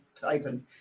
typing